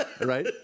right